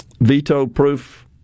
veto-proof